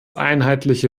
einheitliche